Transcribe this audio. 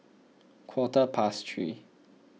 quarter past three